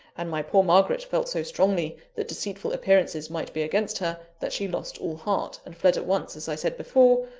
and my poor margaret felt so strongly that deceitful appearances might be against her, that she lost all heart, and fled at once, as i said before,